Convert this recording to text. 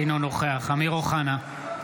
אינו נוכח אמיר אוחנה,